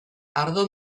ardo